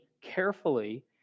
carefully